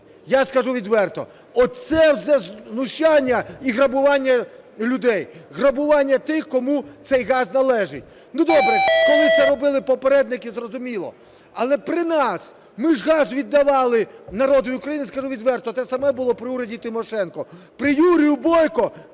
Я кажу відверто, оце все знущання і грабування людей, грабування тих, кому цей газ належить. Добре, коли це робили попередники, зрозуміло, але при нас ми ж газ віддавали народу України. Скажу відверто, те саме було при уряді Тимошенко. При Юрію Бойку